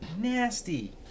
Nasty